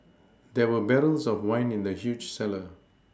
there were barrels of wine in the huge cellar